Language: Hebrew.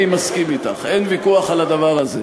אני מסכים אתך, אין ויכוח על הדבר הזה.